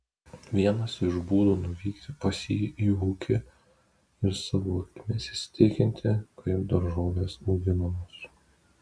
vienas iš būdų nuvykti pas jį į ūkį ir savo akimis įsitikinti kaip daržovės auginamos